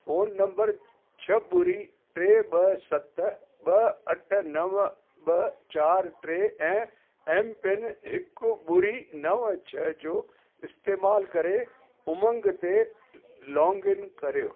phone number छह ॿुड़ी टे ॿ सत ॿ अठ नव ॿ चारि टे ऐं एमपिन हिकु ॿुड़ी नव छह जो इस्तेमालु करे उमंग ते लोंगइन करियो